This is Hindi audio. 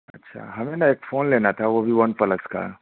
अच्छा हमें ना एक फ़ोन लेना था वह भी वन पलस का